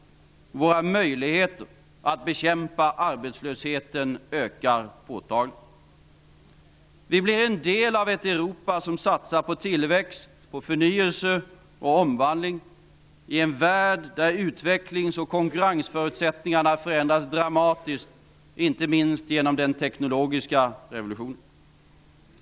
Våra möjligheter att bekämpa arbetslösheten ökar påtagligt. Vi blir en del av ett Europa som satsar på tillväxt, förnyelse och omvandling i en värld där utvecklings och konkurrensförutsättningarna förändras dramatiskt, inte minst genom den teknologiska revolutionen.